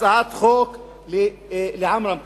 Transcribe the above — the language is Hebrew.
הצעת חוק לעמרם קלעג'י,